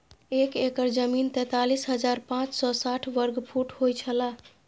एक एकड़ जमीन तैंतालीस हजार पांच सौ साठ वर्ग फुट होय छला